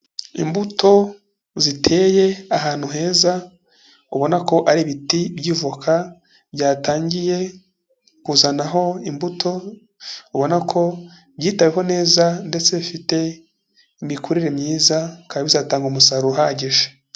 Imbuto ziteye ahantu heza ubona ko ari ibiti by'ivoka byatangiye kuzanaho imbuto, ubona ko byitayeho neza ndetse bifite imikurire myiza, bikaba bizatanga umusaruro uhagije.